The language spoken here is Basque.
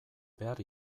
behar